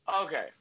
Okay